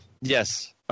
Yes